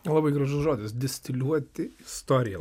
labai gražus žodis distiliuoti istoriją